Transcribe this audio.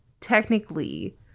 technically